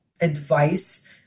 advice